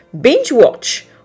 binge-watch